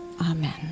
Amen